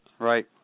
Right